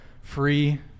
free